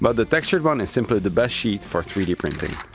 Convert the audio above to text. but the textured one is simply the best sheet for three d printing.